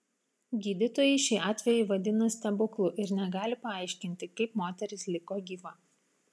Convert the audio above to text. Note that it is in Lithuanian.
gydytojai šį atvejį vadina stebuklu ir negali paaiškinti kaip moteris liko gyva